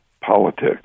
politics